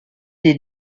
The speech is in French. des